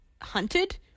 hunted